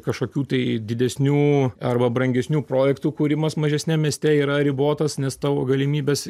kažkokių tai didesnių arba brangesnių projektų kūrimas mažesniam mieste yra ribotas nes tavo galimybės